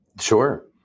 Sure